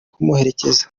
kumuherekeza